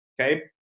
Okay